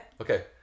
Okay